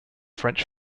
french